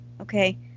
Okay